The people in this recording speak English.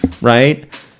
right